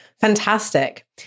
Fantastic